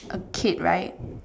a kid right